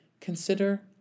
consider